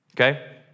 okay